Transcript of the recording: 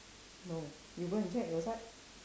no you go and check your side